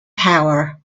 power